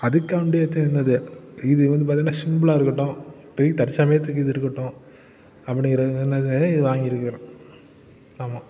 அதுக்காவண்டிதான் என்னது இது வந்து பார்த்தீங்கன்னா சிம்புளாக இருக்கட்டும் இப்போதிக்கு தற்சமயத்துக்கு இது இருக்கட்டும் அப்படிங்கிற என்னது இது வாங்கியிருக்குறோம் ஆமாம்